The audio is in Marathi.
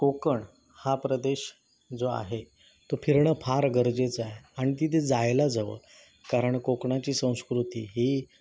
कोकण हा प्रदेश जो आहे तो फिरणं फार गरजेचं आहे आणि तिथे जायलाच हवं कारण कोकणाची संस्कृती ही